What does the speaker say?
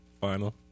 Final